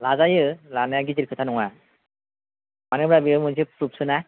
लाजायो लानाया गिदिर खोथा नङा मानो होनबा बियो मोनसे फ्रुपसो ना